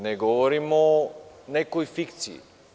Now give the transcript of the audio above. Ne govorim o nekoj fikciji.